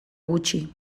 gutxi